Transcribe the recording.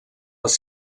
les